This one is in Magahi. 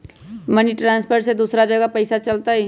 मनी ट्रांसफर से दूसरा जगह पईसा चलतई?